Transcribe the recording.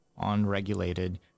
unregulated